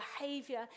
behavior